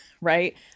right